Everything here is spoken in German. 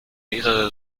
mehrere